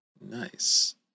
nice